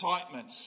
excitement